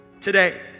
Today